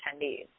attendees